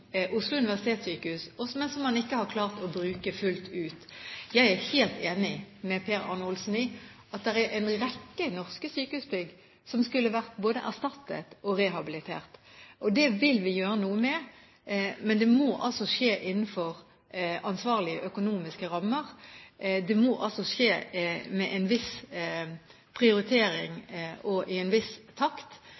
Oslo universitetssykehus, men man har ikke klart å bruke dem fullt ut. Jeg er helt enig med Per Arne Olsen i at det er en rekke norske sykehusbygg som skulle vært erstattet eller rehabilitert. Det vil vi gjøre noe med, men det må skje innenfor ansvarlige økonomiske rammer, med en viss prioritering